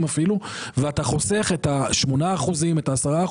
אתה חוסך את ה-8%-10%,